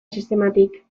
sistematik